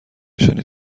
نشانی